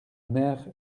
mer